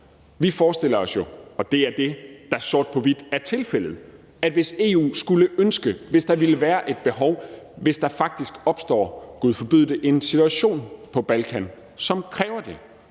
Vi forestiller os jo, og det er det, der sort på hvidt er tilfældet, at hvis EU skulle ønske det, hvis der ville være et behov, hvis der faktisk opstår – Gud forbyde det – en situation på Balkan, som kræver det,